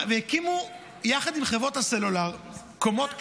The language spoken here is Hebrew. הקימו יחד עם חברות הסלולר קומות כשרות,